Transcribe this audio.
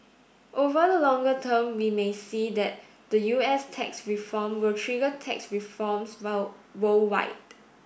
over the longer term we may see that the U S tax reform will trigger tax reforms worldwide